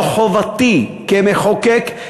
זו חובתי כמחוקק,